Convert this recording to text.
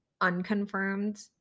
unconfirmed